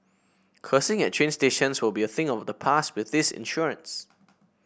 cursing at train stations will be a thing of the past with this insurance